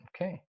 okay